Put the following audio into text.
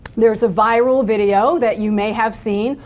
there's a viral video that you may have seen,